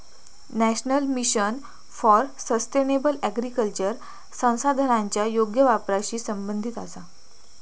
national mission for sustainable agriculture संसाधनांच्या योग्य वापराशी संबंधित आसा